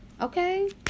Okay